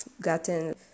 gotten